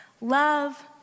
Love